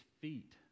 feet